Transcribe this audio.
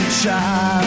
child